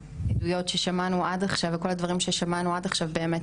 שהן השותפות שלנו למהלך הזה.